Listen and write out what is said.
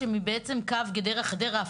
שבעצם קו גדרה-חדרה,